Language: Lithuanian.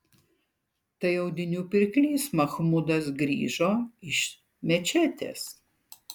tai audinių pirklys machmudas grįžo iš mečetės